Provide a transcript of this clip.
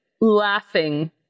laughing